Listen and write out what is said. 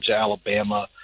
Alabama